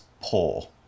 poor